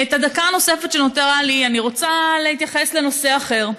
בדקה הנוספת שנותרה לי אני רוצה להתייחס לנושא אחר.